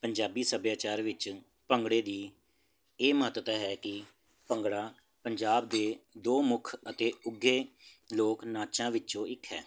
ਪੰਜਾਬੀ ਸੱਭਿਆਚਾਰ ਵਿੱਚ ਭੰਗੜੇ ਦੀ ਇਹ ਮਹੱਤਤਾ ਹੈ ਕਿ ਭੰਗੜਾ ਪੰਜਾਬ ਦੇ ਦੋ ਮੁੱਖ ਅਤੇ ਉੱਗੇ ਲੋਕ ਨਾਚਾਂ ਵਿੱਚੋਂ ਇੱਕ ਹੈ